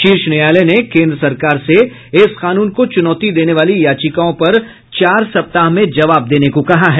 शीर्ष न्यायालय ने केन्द्र सरकार से इस कानून को चुनौती देने वाली याचिकाओं पर चार सप्ताह में जवाब देने को कहा है